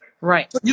Right